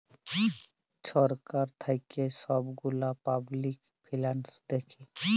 ছরকার থ্যাইকে ছব গুলা পাবলিক ফিল্যাল্স দ্যাখে